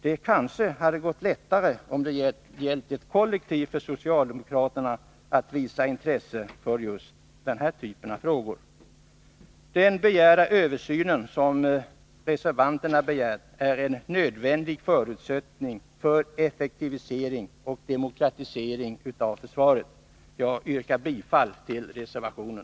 Det kanske hade gått lättare för socialdemokraterna att visa intresse för den här frågan, om det hade gällt ett kollektiv. Den översyn som reservanterna har begärt är en nödvändig förutsättning för effektivisering och demokratisering av försvaret. Jag yrkar bifall till reservationen.